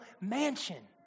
mansion